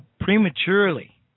prematurely